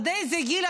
עד איזה גיל?